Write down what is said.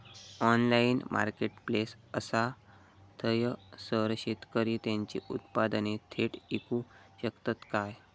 Online marketplace असा थयसर शेतकरी त्यांची उत्पादने थेट इकू शकतत काय?